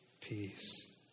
peace